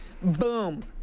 Boom